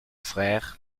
frères